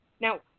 Now